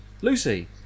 Lucy